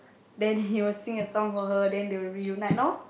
then he will sing for her then they will reunite lor